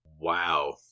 Wow